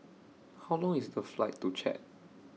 How Long IS The Flight to Chad